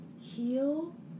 heal